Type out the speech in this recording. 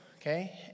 okay